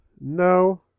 No